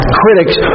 critics